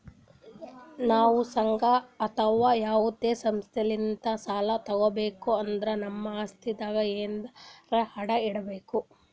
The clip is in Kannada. ನಾವ್ ಸಂಘ ಅಥವಾ ಯಾವದೇ ಸಂಸ್ಥಾಲಿಂತ್ ಸಾಲ ತಗೋಬೇಕ್ ಅಂದ್ರ ನಮ್ ಆಸ್ತಿದಾಗ್ ಎನರೆ ಅಡ ಇಡ್ಬೇಕ್